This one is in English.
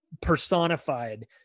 personified